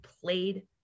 played